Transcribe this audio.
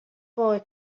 boy